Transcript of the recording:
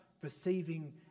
perceiving